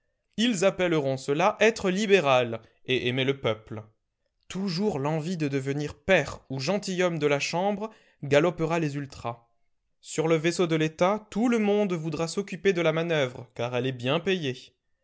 ils appelleront cela être libéral et aimer le peuple toujours l'envie de devenir pair ou gentilhomme de la chambre galopera les ultras sur le vaisseau de l'état tout le monde voudra s'occuper de la manoeuvre car elle est bien payée